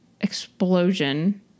explosion